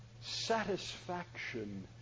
satisfaction